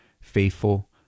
faithful